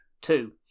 Two